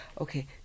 Okay